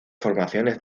formaciones